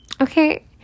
Okay